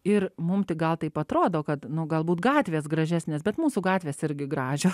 ir mum tik gal taip atrodo kad nu galbūt gatvės gražesnės bet mūsų gatvės irgi gražios